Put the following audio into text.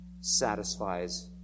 satisfies